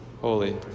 holy